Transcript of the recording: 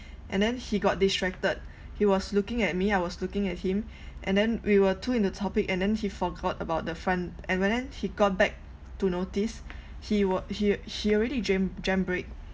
and then he got distracted he was looking at me I was looking at him and then we were too in the topic and then he forgot about the front and when then he got back to notice he wa~ he already jam jam brake